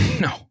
No